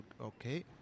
okay